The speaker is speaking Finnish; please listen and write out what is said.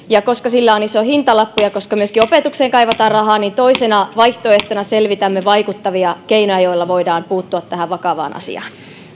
ja koska sillä on iso hintalappu ja koska myöskin opetukseen kaivataan rahaa niin toisena vaihtoehtona selvitämme vaikuttavia keinoja joilla voidaan puuttua tähän vakavaan asiaan